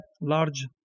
large